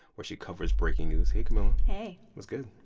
where she covers breaking news. hey, camila hey what's good?